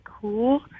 cool